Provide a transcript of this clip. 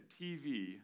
TV